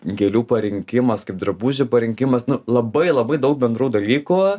gėlių parinkimas kaip drabužių parinkimas nu labai labai daug bendrų dalykų